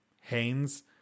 Haynes